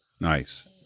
nice